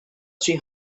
three